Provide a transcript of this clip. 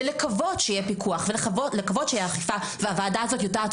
לקוות שיהיה פיקוח ולקוות שתהיה אכיפה והוועדה הזאת יודעת